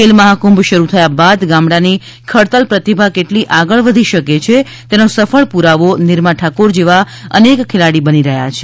ખેલ મહાકુંભ શરૂ થયા બાદ ગામડાની ખડતલ પ્રતિભા કેટલી આગળ વધી શકી છે એનો સફળ પુરાવો નિરમા ઠાકોર જેવા અનેક ખેલાડી બની રહ્યા છે